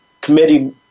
committee